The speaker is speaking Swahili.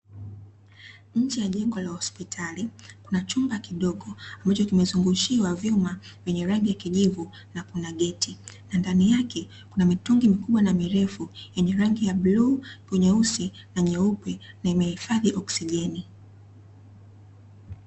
Nje ya jengo la hosipitali kuna chumba kidogo ambacho kimezungushiwa vyuma vyenye rangi ya kijivu na kuna geti, na ndani yake kuna mitungi mikubwa na mirefu yenye rangi ya bluu, nyeusi na nyeupe na imehifadhi oksijeni.